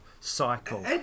cycle